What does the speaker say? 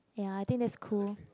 ya I think that's cool